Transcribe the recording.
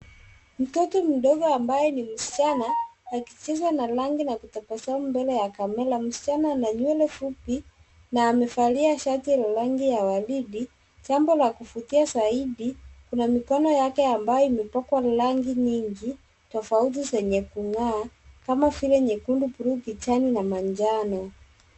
Mtoto mdogo ambaye ni msichana akicheza na rangi na kutabasamu mbele ya kamera. Msichana ana nywele fupi na amevalia shati ya rangi ya waridi, jambo la kuvutia zaidi kuna mikono yake ambayo imepakwa rangi nyingi tofauti zenye kungaa kama vile nyekundu, bluu, kijani na manjano.